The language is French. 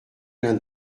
l’un